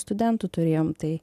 studentų turėjom tai